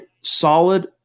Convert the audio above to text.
solid